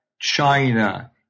China